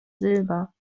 silber